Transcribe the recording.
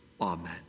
Amen